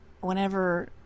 whenever